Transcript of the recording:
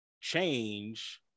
Change